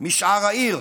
משאר העיר.